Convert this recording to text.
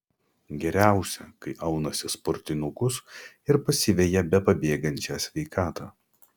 geriausia kai aunasi sportinukus ir pasiveja bepabėgančią sveikatą